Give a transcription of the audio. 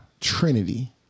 Trinity